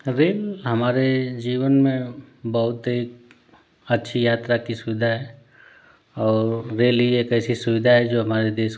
हमारे जीवन में बहुत ही अच्छी यात्रा की सुविधा है और एक ऐसी सुविधा है जो हमारे देश को